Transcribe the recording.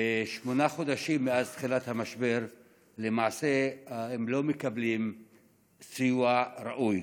שמונה חודשים מאז תחילת המשבר והם לא מקבלים סיוע ראוי.